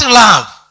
love